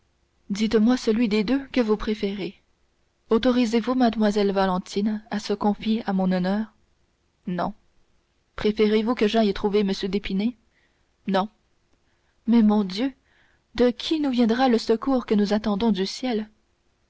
dites-moi celui des deux que vous préférez autorisez vous mlle valentine à se confier à mon honneur non préférez-vous que j'aille trouver m d'épinay non mais mon dieu de qui nous viendra le secours que nous attendons du ciel